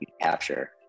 capture